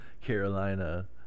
Carolina